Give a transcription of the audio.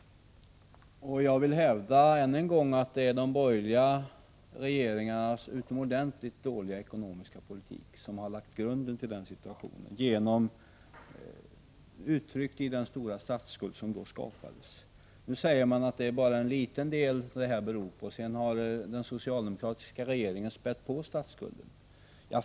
Jag vill än en gång hävda att det är de borgerliga regeringarnas utomordentligt dåliga ekonomiska politik, uttryckt i den stora statsskuld som skapades, som har lagt grunden till den situationen. Nu säger man att det bara är till en liten del som de borgerliga bär skulden och att den socialdemokratiska regeringen sedan har spätt på statsskulden.